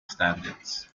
standards